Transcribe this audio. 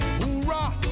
hoorah